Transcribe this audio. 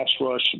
rush